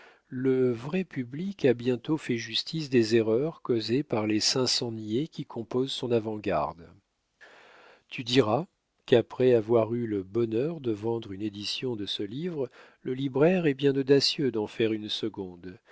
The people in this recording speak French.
le vrai public a bientôt fait justice des erreurs causées par les cinq cents niais qui composent son avant-garde tu diras qu'après avoir eu le bonheur de vendre une édition de ce livre le libraire est bien audacieux d'en faire une seconde